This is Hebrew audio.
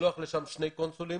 לשלוח לשם שני קונסולים